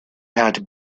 had